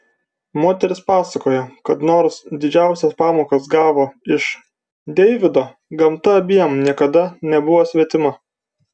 moteris pasakoja kad nors didžiausias pamokas gavo iš deivido gamta abiem niekada nebuvo svetima